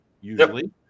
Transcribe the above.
usually